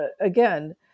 again